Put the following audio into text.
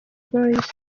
boys